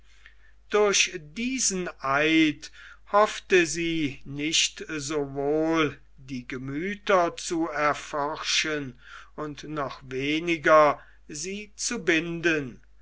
durch diesen eid hoffte sie nicht sowohl die gemüther zu erforschen und noch weniger sie zu binden